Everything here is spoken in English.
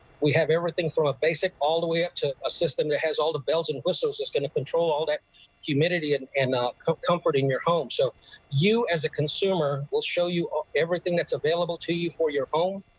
we have everything from a basic all the way up to a system that has all the bells and whistles that's going to control all that humidity and and comfort in your home. so you as a consumer, we'll show you ah everything that's available to you for your home,